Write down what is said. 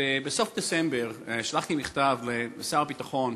בסוף דצמבר שלחתי מכתב לשר הביטחון